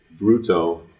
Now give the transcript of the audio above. Bruto